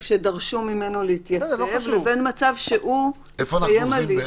שדרשו ממנו להתייצב לבין מצב שמתקיים הליך